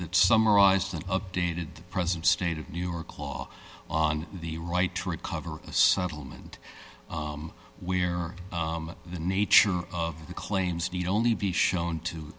that summarized an updated present state of new york law on the right to recover settlement where the nature of the claims need only be shown to